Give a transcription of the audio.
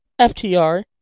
FTR